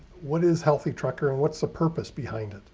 what is healthy trucker and what's the purpose behind